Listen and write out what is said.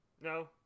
No